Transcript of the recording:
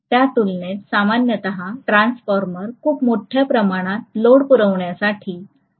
त्या तुलनेत सामान्यत ट्रान्सफॉर्मर खूप मोठ्या प्रमाणात लोड पुरवण्यासाठी डिझाइन केले जाईल